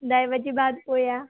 डाळ भाजी भात पोळ्या